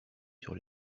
sur